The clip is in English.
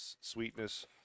sweetness